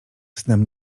snem